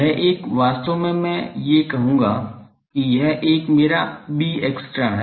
यह एक वास्तव में मैं ये कहूंगा कि यह एक मेरा bextra है